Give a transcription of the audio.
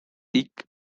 thick